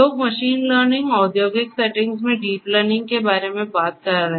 लोग machine learning औद्योगिक settings में डीप लर्निंग के बारे में बात कर रहे हैं